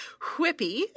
Whippy